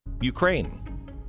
Ukraine